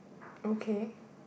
okay